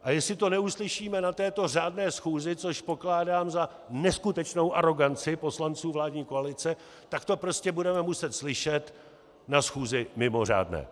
A jestli to neuslyšíme na této řádné schůzi, což pokládám za neskutečnou aroganci poslanců vládní koalice, tak to prostě budeme muset slyšet na schůzi mimořádné.